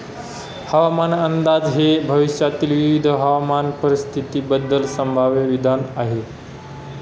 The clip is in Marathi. हवामान अंदाज हे भविष्यातील विविध हवामान परिस्थितींबद्दल संभाव्य विधान आहे